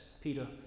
Peter